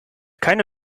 keine